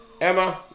Emma